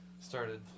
started